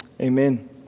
amen